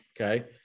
Okay